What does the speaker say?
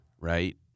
right